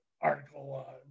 article